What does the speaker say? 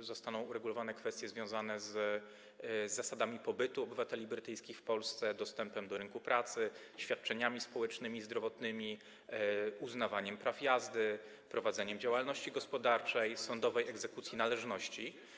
zostaną uregulowane m.in. kwestie związane z zasadami pobytu obywateli brytyjskich w Polsce, dostępem do rynku pracy, świadczeniami społecznymi i zdrowotnymi, uznawaniem praw jazdy, prowadzeniem działalności gospodarczej, sądowej egzekucji należności.